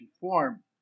form